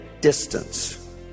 distance